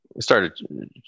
started